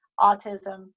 autism